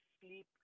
sleep